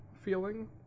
feeling